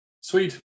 sweet